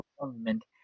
government